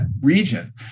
region